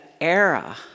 era